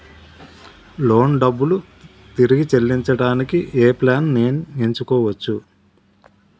Loan డబ్బులు తిరిగి చెల్లించటానికి ఏ ప్లాన్ నేను ఎంచుకోవచ్చు?